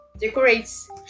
decorates